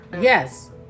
Yes